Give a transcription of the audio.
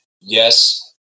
yes